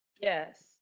Yes